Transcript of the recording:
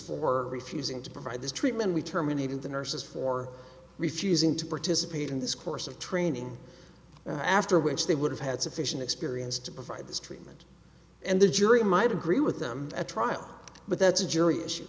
for refusing to provide this treatment we terminated the nurses for refusing to participate in this course of training after which they would have had sufficient experience to provide this treatment and the jury might agree with them at trial but that's a jury issue